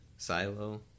Silo